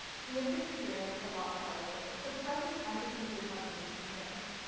to make the experience a lot more elevated. so expressing empathy for your customers concerns,